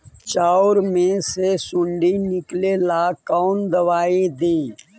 चाउर में से सुंडी निकले ला कौन दवाई दी?